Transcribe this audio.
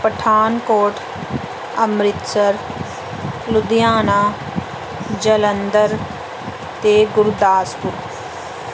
ਪਠਾਨਕੋਟ ਅੰਮ੍ਰਿਤਸਰ ਲੁਧਿਆਣਾ ਜਲੰਧਰ ਅਤੇ ਗੁਰਦਾਸਪੁਰ